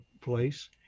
place